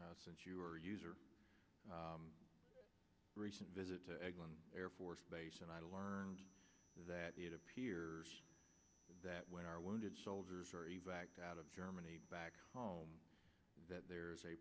her since you are user a recent visit to eglin air force base and i learned that it appears that when our wounded soldiers are out of germany back home that there is a